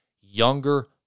younger